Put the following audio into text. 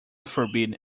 forbid